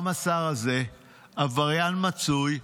גם השר הזה עבריין מצוי,